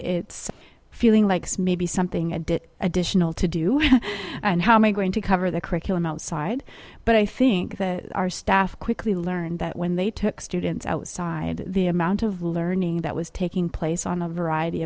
it's feeling like it's maybe something added additional to do and how am i going to cover the curriculum outside but i think that our staff quickly learned that when they took students outside the amount of learning that was taking place on a variety